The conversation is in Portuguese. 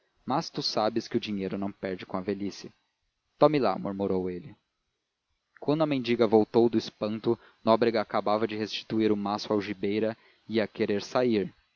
mas tu sabes que o dinheiro não perde com a velhice tome lá murmurou ele quando a mendiga voltou do espanto nóbrega acabava de restituir o maço à algibeira e ia a querer sair